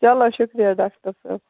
چلو شُکریہ ڈاکٹَر صٲب